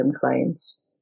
claims